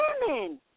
women